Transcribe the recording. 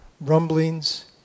rumblings